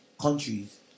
countries